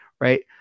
Right